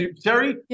Terry